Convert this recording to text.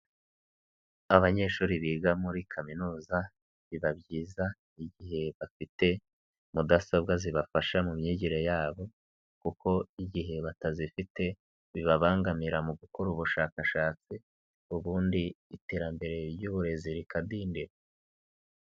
Abanyeshuri biga muri kaminuza biba byiza igihe bafite mudasobwa zibafasha mu myigire yabo kuko igihe batazifite bibabangamira mu gukora ubushakashatsi ubundi iterambere ry'uburezi rikadindira.